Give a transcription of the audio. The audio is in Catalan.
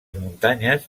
muntanyes